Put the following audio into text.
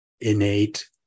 innate